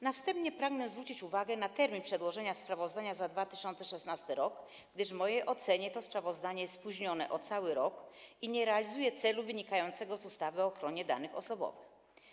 Na wstępie pragnę zwrócić uwagę na termin przedłożenia sprawozdania za 2016 r., gdyż w mojej ocenie to sprawozdanie jest spóźnione o cały rok i nie realizuje celu wynikającego z ustawy o ochronie danych osobowych.